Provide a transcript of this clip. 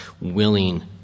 willing